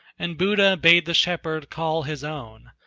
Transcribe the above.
and buddha bade the shepherd call his own,